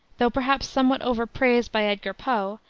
though perhaps somewhat overpraised by edgar poe,